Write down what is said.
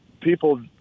people